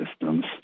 systems